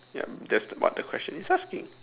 yup that's what the question is asking